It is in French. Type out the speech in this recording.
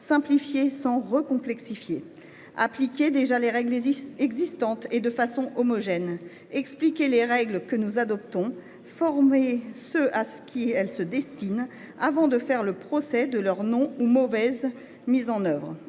simplifier sans recomplexifier. Appliquons déjà les règles existantes, et ce de façon homogène ; expliquons les règles que nous adoptons à ceux à qui elles sont destinées avant de faire le procès de leur mauvaise mise en œuvre,